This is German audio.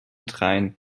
train